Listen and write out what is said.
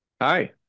Hi